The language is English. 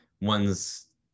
one's